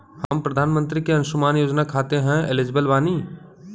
हम प्रधानमंत्री के अंशुमान योजना खाते हैं एलिजिबल बनी?